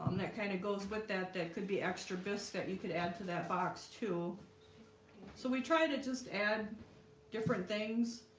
um that kind of goes with that that could be extra bisque that you could add to that box, too so we try to just add different things